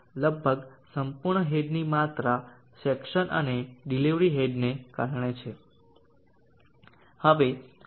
લગભગ સંપૂર્ણ હેડની માત્રા સેક્સન અને ડિલિવરી હેડને કારણે છે